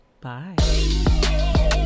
bye